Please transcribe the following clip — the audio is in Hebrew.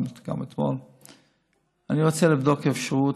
שאני רוצה לבדוק אפשרות,